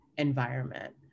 environment